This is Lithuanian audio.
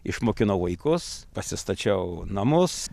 išmokinau vaikus pasistačiau namus